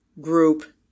group